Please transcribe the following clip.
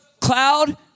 cloud